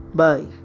bye